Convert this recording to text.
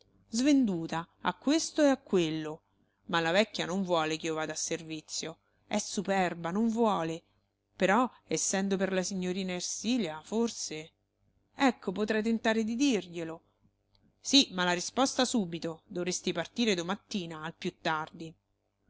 svenduta a questo e a quello ma la vecchia non vuole ch'io vada a servizio è superba non vuole però essendo per la signorina ersilia forse ecco potrei tentare di dirglielo sì ma la risposta subito dovresti partire domattina al più tardi